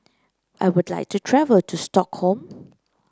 I would like to travel to Stockholm